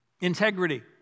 Integrity